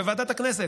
בוועדת הכנסת.